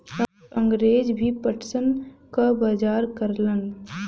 अंगरेज भी पटसन क बजार करलन